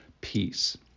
peace